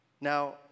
Now